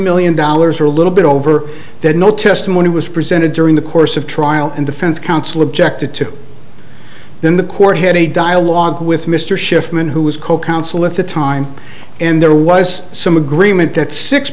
million dollars or a little bit over that no testimony was presented during the course of trial and defense counsel objected to then the court had a dialogue with mr shiffman who was co counsel at the time and there was some agreement that six